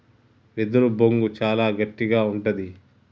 వెదురు బొంగు చాలా గట్టిగా ఉంటది